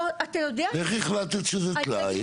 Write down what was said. איך החלטת שזה טלאי?